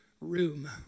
room